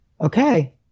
okay